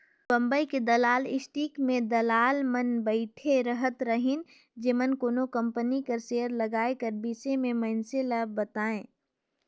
बंबई के दलाल स्टीक में दलाल मन बइठे रहत रहिन जेमन कोनो कंपनी कर सेयर लगाए कर बिसे में मइनसे मन ल बतांए